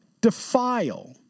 defile